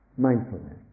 Mindfulness